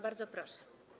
Bardzo proszę.